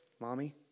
mommy